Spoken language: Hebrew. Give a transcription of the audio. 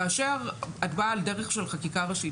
כאשר את באה על דרך של חקיקה ראשית,